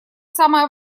самая